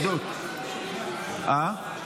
זכות התשובה?